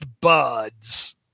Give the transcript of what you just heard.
buds